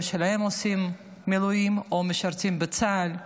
שלהם עושים מילואים או משרתים בצה"ל.